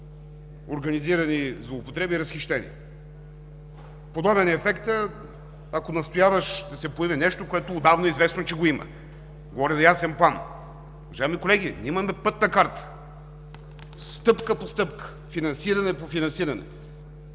организирани злоупотреби и разхищения. Подобен е ефектът, ако настояваш да се появи нещо, което отдавна е известно, че го има. Говоря за ясен план. Уважаеми колеги, имаме пътна карта – стъпка по стъпка, финансиране по финансиране,